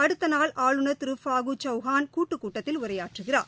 அடுத்த நாள் ஆளுநர் திரு பாஹு சௌஹான் கூட்டுக் கூட்டத்தில் உரையாற்றுகிறார்